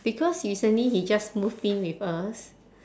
because recently he just moved in with us